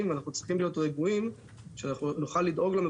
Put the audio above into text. ואנחנו צריכים להיות רגועים ולדעת שנוכל לדאוג